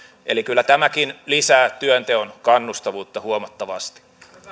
eli kyllä tämäkin lisää työnteon kannustavuutta huomattavasti